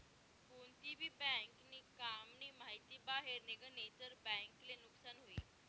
कोणती भी बँक नी काम नी माहिती बाहेर निगनी तर बँक ले नुकसान हुई